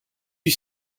you